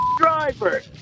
driver